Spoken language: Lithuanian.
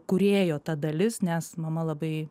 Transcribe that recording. kūrėjo ta dalis nes mama labai